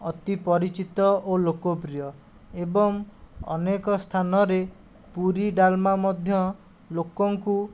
ଅତି ପରିଚିତ ଓ ଲୋକ ପ୍ରିୟ ଏବଂ ଅନେକ ସ୍ଥାନରେ ପୁରୀ ଡାଲମା ମଧ୍ୟ ଲୋକଙ୍କୁ